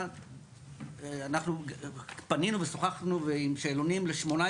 אנחנו פנינו ושוחחנו עם שאלונים ל-18